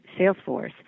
Salesforce